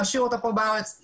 להשאיר אותה כאן בארץ,